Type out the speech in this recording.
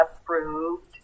approved